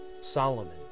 Solomon